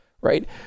right